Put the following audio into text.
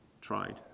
tried